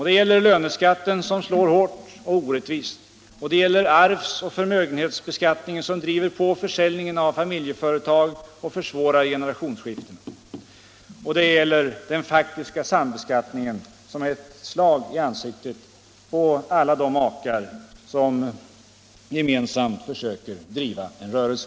Det gäller löneskatten, som slår hårt och orättvist, det gäller arvsoch förmögenhetsbeskattningen som driver på försäljningen av familjeföretag och försvårar generationsskiftena, och det gäller den faktiska sambeskattningen, som är ett slag i ansiktet på alla de makar som gemensamt försöker driva en rörelse.